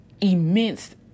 immense